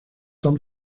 dan